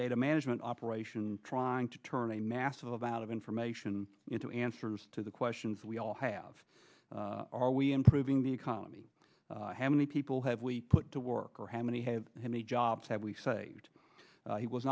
data management operation trying to turn a massive amount of information into answers to the questions we all have are we improving the economy how many people have we put to work or how many jobs have we saved he was